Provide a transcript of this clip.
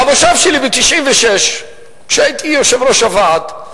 במושב שלי ב-1996, כשהייתי יושב-ראש הוועד,